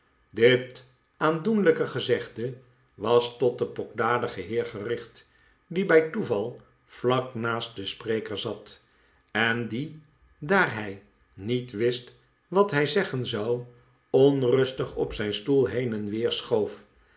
dit aandoenlijke gezegde was tot den pokdaligen heer gericht die bij toeval vlak de pickwick club naast den spreker zat en die daar hij niet wist wat hij zeggen zou onrustig op zijn stoel heen en weer schoof